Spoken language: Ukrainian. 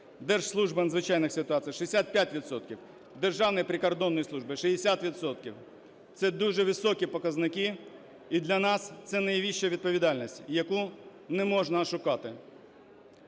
Держслужба з надзвичайних ситуацій – 65 відсотків, Державна прикордонна служба – 60 відсотків. Це дуже високі показники, і для нас це найвища відповідальність, яку не можна ошукати.